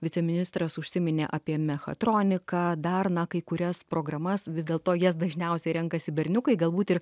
viceministras užsiminė apie mechatroniką dar na kai kurias programas vis dėlto jas dažniausiai renkasi berniukai galbūt ir